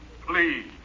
Please